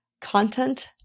content